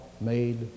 made